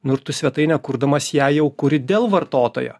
nu ir tu svetainę kurdamas ją jau kuri dėl vartotojo